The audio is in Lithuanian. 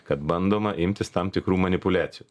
kad bandoma imtis tam tikrų manipuliacijų